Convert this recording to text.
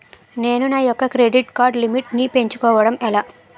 నేను నా యెక్క క్రెడిట్ కార్డ్ లిమిట్ నీ పెంచుకోవడం ఎలా?